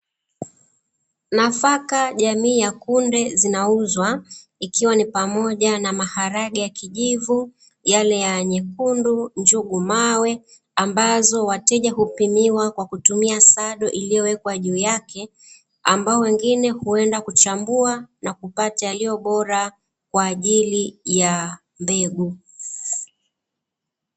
Nafaka jamii ya kunde zinauzwa, ikiwa ni pamoja na: maharage ya kijivu, yale mekundu, njugu mawe; ambazo wateja hupimiwa kwa kutumia sado iliyowekwa juu yake. Ambao wengine huenda kuchambua na kupata yaliyo bora kwa ajili ya mbegu.